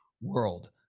world